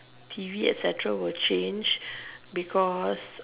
T_V etcetera will change because